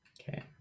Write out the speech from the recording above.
Okay